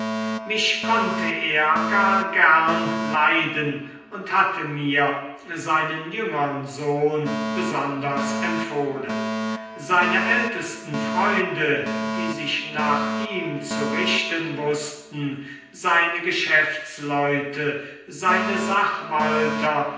mich konnte er gar gern leiden und hatte mir seinen jüngern sohn besonders empfohlen seine ältesten freunde die sich nach ihm zu richten wußten seine geschäftsleute seine sachwalter